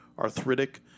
arthritic